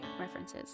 references